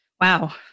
Wow